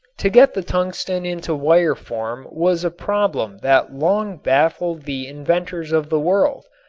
to get the tungsten into wire form was a problem that long baffled the inventors of the world,